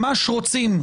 ממש רוצים,